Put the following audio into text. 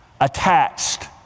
attached